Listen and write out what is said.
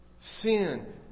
Sin